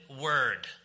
word